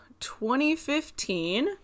2015